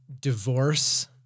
divorce